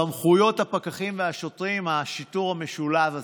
סמכויות הפקחים והשוטרים, השיטור המשולב הזה.